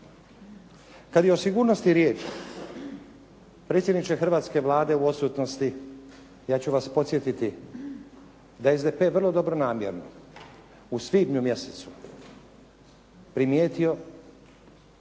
Kada je o sigurnosti riječ, predsjedniče hrvatske Vlade u odsutnosti ja ću vas podsjetiti da je SDP vrlo dobronamjerno u svibnju mjesecu primijetio